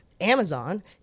Amazon